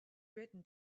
written